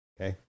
Okay